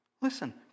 Listen